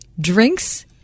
drinks